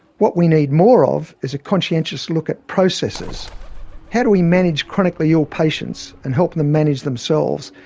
what we need more of, is a conscientious look at processes how do we manage chronically ill patients and help them manage themselves,